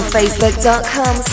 Facebook.com